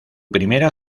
primera